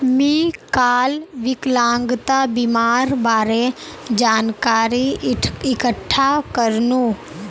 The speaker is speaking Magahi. मी काल विकलांगता बीमार बारे जानकारी इकठ्ठा करनु